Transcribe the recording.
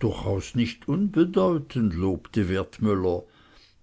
durchaus nicht unbedeutend lobte wertmüller